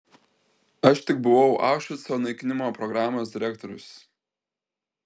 aš tik buvau aušvico naikinimo programos direktorius